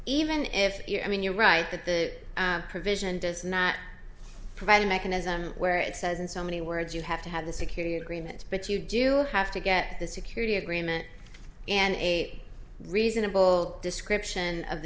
even if you i mean you're right that that provision does not provide a mechanism where it says in so many words you have to have the security agreement but you do have to get the security agreement and ate reasonable description of the